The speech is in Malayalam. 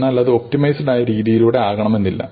എന്നാൽ അത് ഒപ്റ്റിമൈസ്ഡ് ആയ രീതിയിലൂടെ ആകണമെന്നില്ല